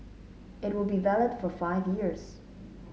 it will be valid for five years